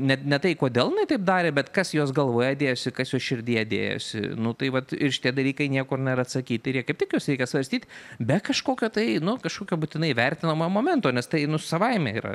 net ne tai kodėl jinai taip darė bet kas jos galvoje dėjosi kas jos širdyje dėjosi nu tai vat ir šitie dalykai niekur nėra atsakyti ir jie kaip juos reikia svarstyti be kažkokio tai nu kažkokio būtinai vertinamojo momento nes tai nu savaime yra